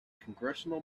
congressional